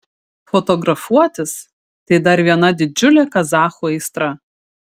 fotografuotis tai dar viena didžiulė kazachų aistra